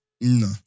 No